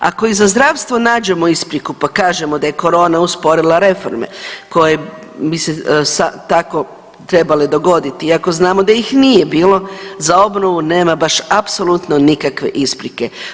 Ako i za zdravstvo nađemo ispriku pa kažemo da je korona usporila reforme koje bi se sa tako trebale dogoditi iako znamo da ih nije bilo, za obnovu nema baš apsolutno nikakve isprike.